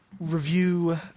review